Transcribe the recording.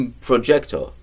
projector